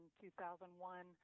2001